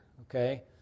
Okay